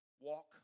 walk